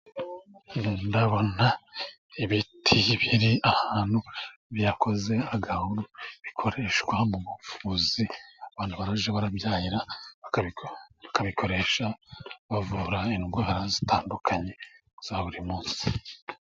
Ndabona ibiti biri ahantu byakoze agahuru, bikoreshwa mu buvuzi, abantu baje barabyahira, bakabi bakabikoresha bavura indwara zitandukanye za buri munsi.